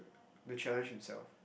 to challenge himself